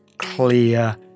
Clear